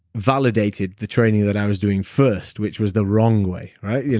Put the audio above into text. validated the training that i was doing first, which was the wrong way, right? yeah